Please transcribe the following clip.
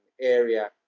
area